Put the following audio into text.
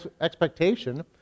expectation